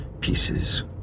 pieces